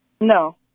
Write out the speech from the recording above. No